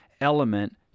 element